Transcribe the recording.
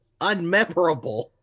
unmemorable